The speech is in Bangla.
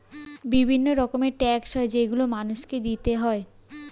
বিভিন্ন রকমের ট্যাক্স হয় যেগুলো মানুষকে দিতে হয়